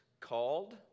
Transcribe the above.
called